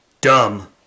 dumb